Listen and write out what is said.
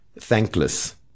thankless